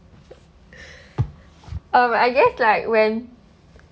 um I guess like when